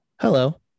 Hello